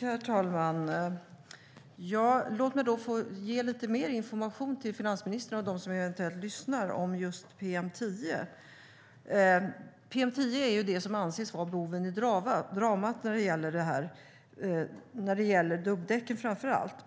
Herr talman! Låt mig ge lite mer information om PM10 till finansministern och dem som eventuellt lyssnar. Det är PM10 som anses vara boven i dramat när det gäller framför allt